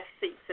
seats